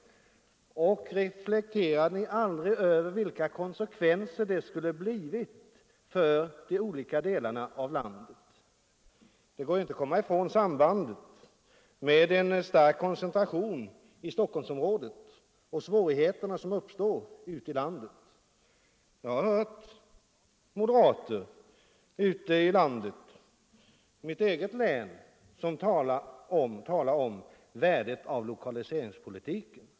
Och reflekterade Ni aldrig över vilka konsekvenser de i så fall skulle — Ang. utflyttningen ha medfört för andra delar av landet? av statliga verk från Det går inte att komma ifrån sambandet mellan en stark koncentration — Stockholm till Stockholmsområdet och de svårigheter som uppstår ute i landet. Jag har hört moderater ute i landet, bl.a. i mitt eget län, tala om värdet av lokaliseringspolitiken.